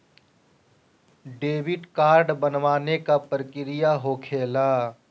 Debit card बनवाने के का प्रक्रिया होखेला?